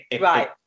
right